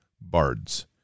Bards